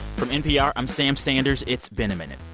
from npr, i'm sam sanders. it's been a minute.